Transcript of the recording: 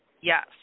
Yes